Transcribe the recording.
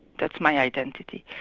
that's my identity.